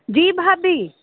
जी भाभी